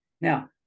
Now